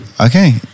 Okay